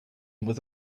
was